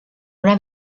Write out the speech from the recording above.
una